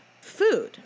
food